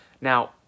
Now